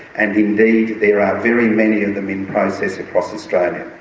and indeed there are very many of them in process across australia.